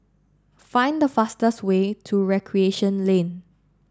find the fastest way to Recreation Lane